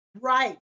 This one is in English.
Right